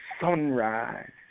sunrise